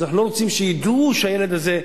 אז אנחנו לא רוצים שידעו שהילד הזה,